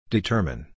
Determine